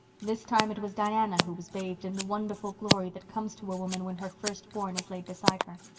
this time it was diana who was bathed in the wonderful glory that comes to a woman when her first-born is laid beside her.